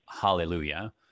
hallelujah